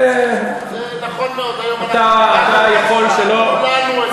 זה נכון מאוד, היום אנחנו כולנו אזרחים.